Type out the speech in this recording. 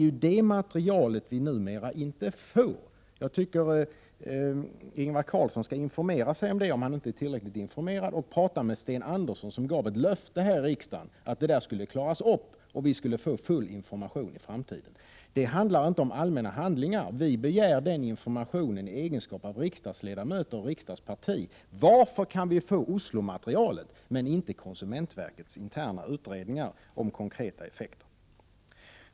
Jag tycker att Ingvar Carlsson skall informera sig om det, om han inte är tillräckligt informerad, och prata med Sten Andersson, som gav ett löfte här i riksdagen att detta skulle klaras upp och vi skulle få full information i framtiden. Här gäller det inte allmänna handlingar. Vi begär den informationen i egenskap av riksdagsledamöter och riksdagsparti. Varför kan vi få Oslomaterialet men inte konsumentverkets interna utredningar om konkreta effekter?